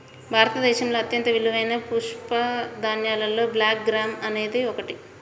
భారతదేశంలో అత్యంత విలువైన పప్పుధాన్యాలలో బ్లాక్ గ్రామ్ అనేది ఒకటి